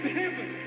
heaven